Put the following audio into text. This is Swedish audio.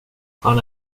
han